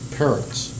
parents